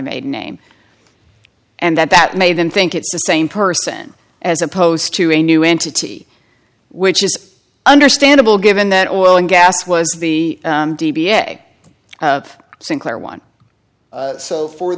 maiden name and that made them think it's the same person as opposed to a new entity which is understandable given that oil and gas was the d b a sinclair one so for